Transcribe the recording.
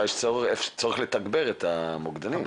אולי יש צורך לתגבר את המוקדנים.